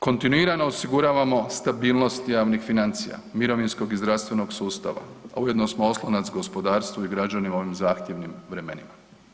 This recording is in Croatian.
Kontinuirano osiguravamo stabilnost javnih financija, mirovinskog i zdravstvenog sustava, a ujedno smo oslonac gospodarstvu i građanima u ovim zahtjevnim vremenima.